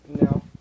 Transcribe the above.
No